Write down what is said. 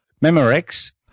Memorex